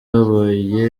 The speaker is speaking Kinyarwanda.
uyoboye